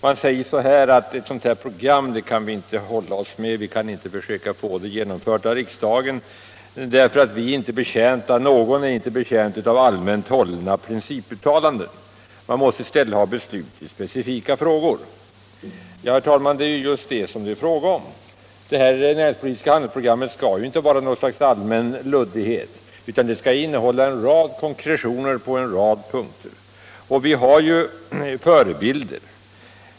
Man säger att ett sådant program som vi begärt inte kan beslutas av riksdagen därför att ingen är betjänt av allmänt hållna principuttalanden. Det måste i stället, hävdar man, fattas beslut i specifika frågor. Herr talman! Det är just vad det är fråga om. Det föreslagna näringspolitiska handlingsprogrammet skall inte vara allmänt luddigt, utan det skall innehålla konkretioner på en rad punkter. Och det finns förebilder.